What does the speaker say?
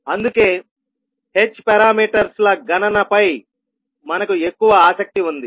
అందుకే h parameters ల గణనపై మనకు ఎక్కువ ఆసక్తి ఉంది